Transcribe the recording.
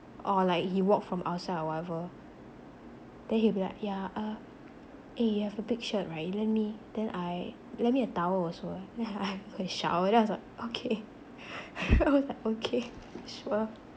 or like he walk from outside or whatever then he'll be like yeah uh eh you have a big shirt right you lend me then I lend me a towel also eh then I'll go and shower then I was like okay I was like okay sure